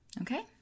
Okay